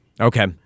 Okay